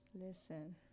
Listen